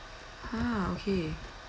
!huh! okay